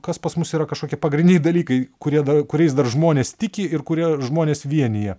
kas pas mus yra kažkokie pagrindiniai dalykai kurie da kuriais dar žmonės tiki ir kurie žmones vienija